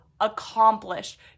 accomplished